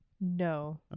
No